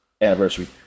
anniversary